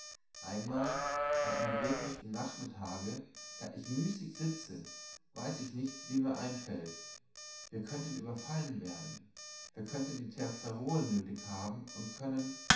einmal an einem regnichten nachmittage da ich müßig sitze weiß ich nicht wie mir einfällt wir könnten überfallen werden wir könnten die terzerolen nötig haben und könnten du